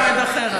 תשובה במועד אחר.